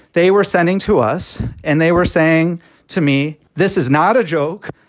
they were sending to us and they were saying to me, this is not a joke.